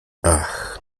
ach